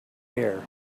air